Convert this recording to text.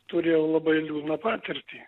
turėjau labai liūdną patirtį